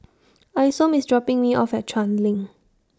Isom IS dropping Me off At Chuan LINK